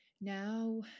now